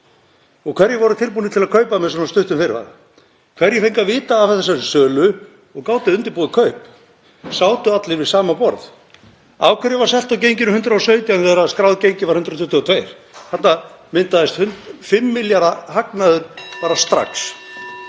Og hverjir voru tilbúnir til að kaupa með svona stuttum fyrirvara? Hverjir fengu að vita af þessari sölu og gátu undirbúið kaup? Sátu allir við sama borð? Af hverju var selt á genginu 117 þegar skráð gengi var 122? Þarna myndaðist 5 milljarða hagnaður bara